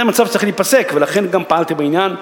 זה מצב שצריך להיפסק, ולכן גם פעלתי בעניין.